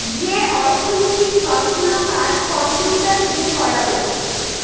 যে অর্থনীতির সব গুলো কাজ কম্পিউটার দিয়ে করাবো